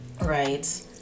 right